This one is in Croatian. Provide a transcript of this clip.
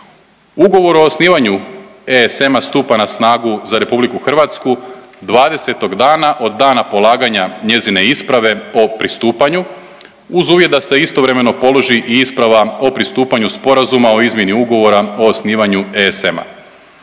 Ugovor o osnivanju ESM-a stupa na snagu za RH 20. dana od dana polaganja njezine isprave o pristupanju uz uvjet da se istovremeno položi i isprava o pristupanju Sporazuma o izmjeni Ugovora o osnivanju ESM-a.